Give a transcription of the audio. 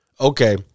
okay